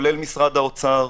כולל משרד האוצר,